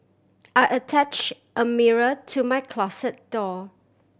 I attach a mirror to my closet door